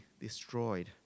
destroyed